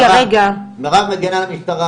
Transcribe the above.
מירב מגינה על המשטרה.